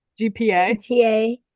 GPA